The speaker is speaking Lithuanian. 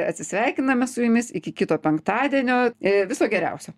atsisveikiname su jumis iki kito penktadienio ir viso geriausio